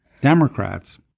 Democrats